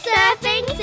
Surfing